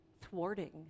thwarting